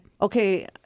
Okay